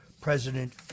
President